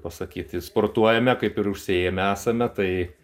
pasakyt i sportuojame kaip ir užsiėmę esame tai